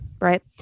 right